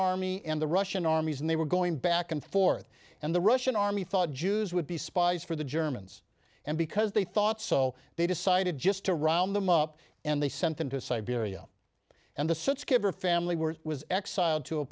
army and the russian armies and they were going back and forth and the russian army thought jews would be spies for the germans and because they thought so they decided just to round them up and they sent them to siberia and the such giver family were was exiled to a